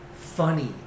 funny